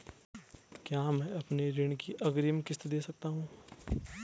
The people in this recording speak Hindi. क्या मैं अपनी ऋण की अग्रिम किश्त दें सकता हूँ?